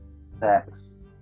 sex